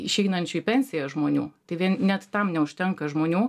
išeinančių į pensiją žmonių tai vien net tam neužtenka žmonių